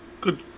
good